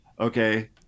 okay